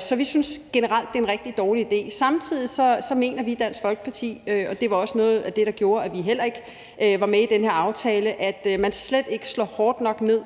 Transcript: Så vi synes generelt det er en rigtig dårlig idé. Samtidig mener vi i Dansk Folkeparti – og det var også noget af det, der gjorde, at vi heller ikke var med i den her aftale – at man slet ikke slår hårdt nok ned